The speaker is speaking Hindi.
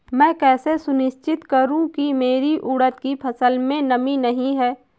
मैं कैसे सुनिश्चित करूँ की मेरी उड़द की फसल में नमी नहीं है?